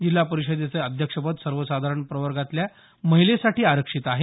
जिल्हा परिषदेचं अध्यक्षपद सर्वसाधारण प्रवर्गातल्या महिलेसाठी आरक्षित आहे